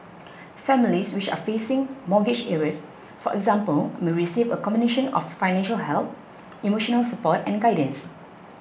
families which are facing mortgage arrears for example may receive a combination of financial help emotional support and guidance